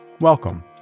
Welcome